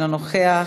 אינו נוכח,